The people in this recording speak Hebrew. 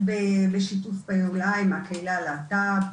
בשיתוף פעולה עם הקהילה הלהט"ב,